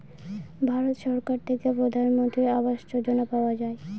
ভারত সরকার থেকে প্রধানমন্ত্রী আবাস যোজনা পাওয়া যায়